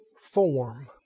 form